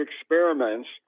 experiments